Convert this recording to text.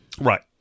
Right